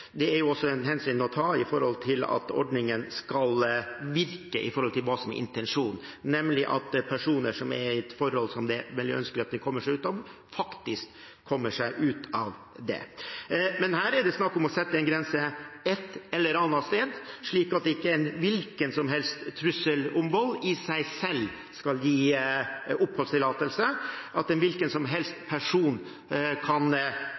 Det er også noen hensyn å ta for at ordningen skal virke etter intensjonen, nemlig at personer som er i et forhold som det er ønskelig at de kommer seg ut av, faktisk kommer seg ut av det. Men det er snakk om å sette en grense ett eller annet sted, slik at ikke en hvilken som helst trussel om vold i seg selv skal gi oppholdstillatelse, eller at en hvilken som helst person kan